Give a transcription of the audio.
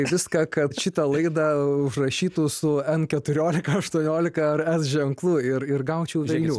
viską kad šitą laidą užrašytų su n keturiolika aštuoniolika ar s ženklu ir ir gaučiau velnių